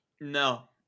No